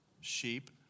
sheep